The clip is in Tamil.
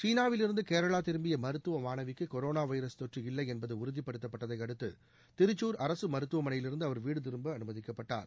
சீனாவிலிருந்து கேரளா திரும்பிய மருத்துவ மாணவிக்கு கொரோனா வைரஸ் தொற்று இல்லை என்பது உறுதிபடுத்தப்பட்டதை அடுத்து திருச்சூர் அரசு மருத்துவமனையிலிருந்து அவர் வீடு திரும்ப அனுமதிக்கப்பட்டார்